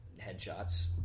headshots